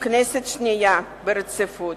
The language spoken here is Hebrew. הכנסת השנייה ברציפות.